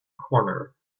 corner